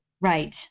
Right